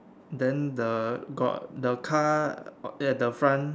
then the got the car at the front